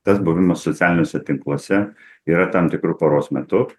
tas buvimas socialiniuose tinkluose yra tam tikru paros metu